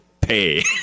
pay